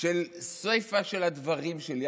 של סיפא של הדברים שלי,